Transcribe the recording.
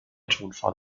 tonfall